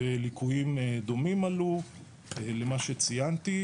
וליקויים דומים עלו למה שציינתי,